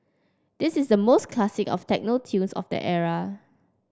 this is the most classic of techno tunes of that era